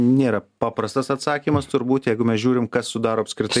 nėra paprastas atsakymas turbūt jeigu mes žiūrim kas sudaro apskritai